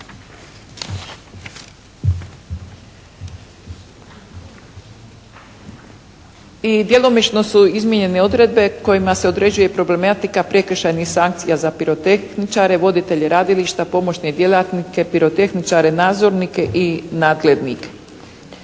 djelomično su izmijenjene odredbe kojima se određuje i problematika prekršajnih sankcija za pirotehničare, voditelje radilišta, pomoćne djelatnike pirotehničare, nadzornike i nadglednike.